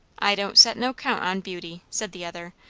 i don't set no count on beauty, said the other.